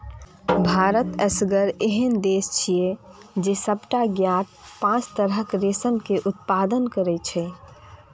भारत एसगर एहन देश छियै, जे सबटा ज्ञात पांच तरहक रेशम के उत्पादन करै छै